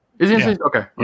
Okay